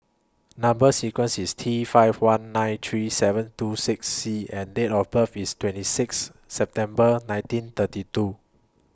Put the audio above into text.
Number sequence IS T five one nine three seven two six C and Date of birth IS twenty six September nineteen thirty two